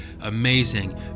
amazing